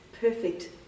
perfect